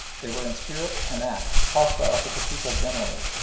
they were in spirit and act hostile to the people generally,